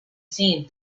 seen